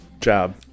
job